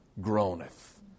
groaneth